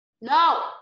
No